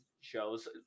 shows